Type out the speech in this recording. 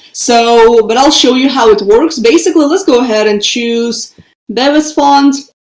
so but i'll show you how it works. basically, let's go ahead and choose bebas font.